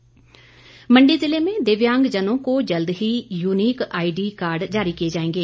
दिव्यांग मण्डी जिले में दिव्यांगजनों को जल्द ही यूनिक आईडी कार्ड जारी किए जाएंगे